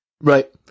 Right